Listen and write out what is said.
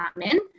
common